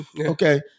Okay